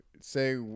Say